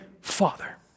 Father